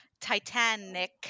titanic